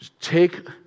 take